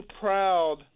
proud